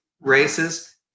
races